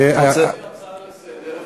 אתה רוצה הצעה לסדר,